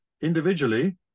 individually